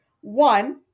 One